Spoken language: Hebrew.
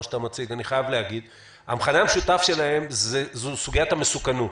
אני חייב להגיד זו סוגיית המסוכנות.